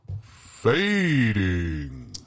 Fading